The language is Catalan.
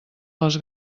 les